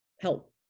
Help